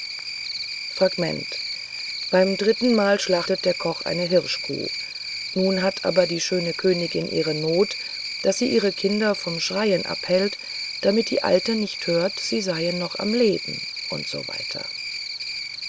fragment beim drittenmal schlachtet der koch eine hirschkuh nun hat aber die junge königin ihre noth daß sie ihre kinder vom schreien abhält damit die alte nicht hört sie seien noch am leben u